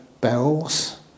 bells